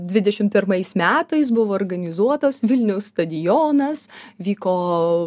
dvidešim pirmais metais buvo organizuotas vilniaus stadionas vyko